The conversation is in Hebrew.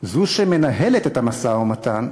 זו שמנהלת את המשא-ומתן,